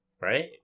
right